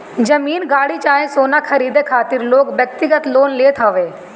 जमीन, गाड़ी चाहे सोना खरीदे खातिर लोग व्यक्तिगत लोन लेत हवे